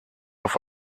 auf